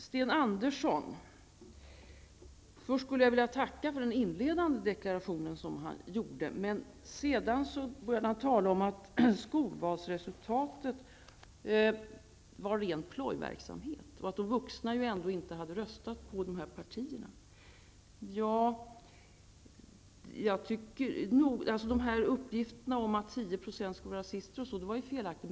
Jag vill tacka Sten Andersson i Malmö för den inledande deklaration han gjorde. Men sedan började han tala om att skolvalen var ren plojverksamhet och att de vuxna ändå inte hade röstat på dessa partier. Uppgifterna om att 10 % skulle vara rasister var felaktiga.